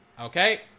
Okay